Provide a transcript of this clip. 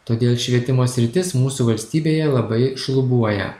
todėl švietimo sritis mūsų valstybėje labai šlubuoja